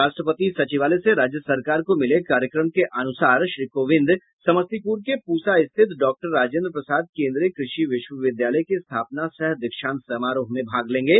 राष्ट्रपति सचिवालय से राज्य सरकार को मिले कार्यक्रम के अनुसार श्री कोविंद समस्तीपुर के पूसा स्थित डॉक्टर राजेंद्र प्रसाद केंद्रीय कृषि विश्वविद्यालय के स्थापना सह दीक्षांत समारोह में भाग लेंगे